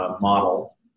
model